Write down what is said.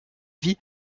vie